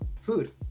food